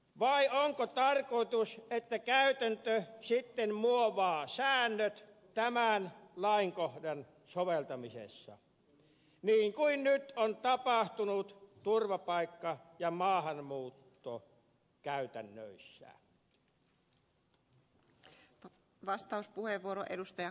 vai onko tarkoitus että käytäntö sitten muovaa säännöt tämän lainkohdan soveltamisessa niin kuin nyt on tapahtunut turvapaikka ja maahanmuuttokäytännöissä